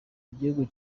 igihugu